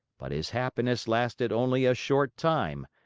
but his happiness lasted only a short time,